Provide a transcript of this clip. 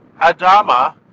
Adama